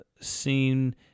seen